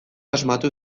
asmatu